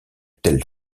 telle